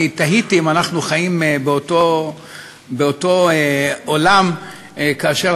תהיתי אם אנחנו חיים באותו עולם כאשר